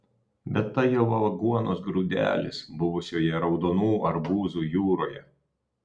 bet tai jau aguonos grūdelis buvusioje raudonų arbūzų jūroje